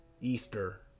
Easter